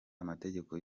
amategeko